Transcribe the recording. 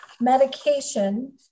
medication